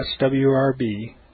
swrb